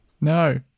No